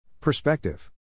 Perspective